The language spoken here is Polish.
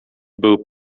był